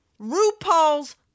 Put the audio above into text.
RuPaul's